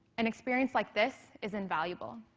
an experience like this is invaluable.